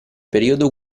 periodo